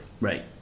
right